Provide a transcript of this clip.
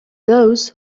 those